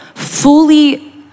Fully